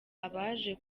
abaje